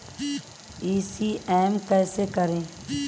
ECS कैसे करें?